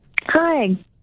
Hi